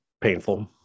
painful